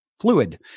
Fluid